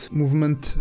movement